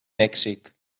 mèxic